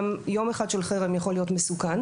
גם יום אחד של חרם יכול להיות מסוכן.